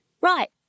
Right